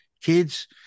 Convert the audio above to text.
kids